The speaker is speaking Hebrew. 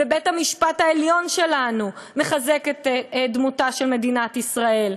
ובית-המשפט העליון שלנו מחזק את דמותה של מדינת ישראל,